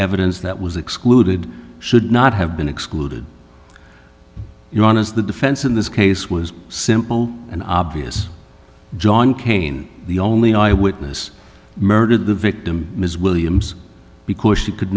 evidence that was excluded should not have been excluded you want as the defense in this case was simple and obvious john kane the only eyewitness murdered the victim ms williams because she could